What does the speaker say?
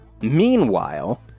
Meanwhile